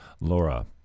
Laura